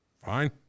Fine